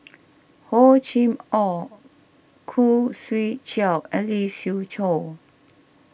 Hor Chim or Khoo Swee Chiow and Lee Siew Choh